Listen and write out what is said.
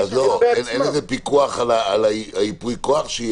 אין איזה פיקוח על ייפוי הכוח?